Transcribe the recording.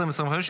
התשפ"ה 2025,